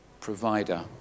Provider